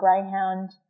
greyhound